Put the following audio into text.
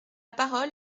parole